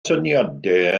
syniadau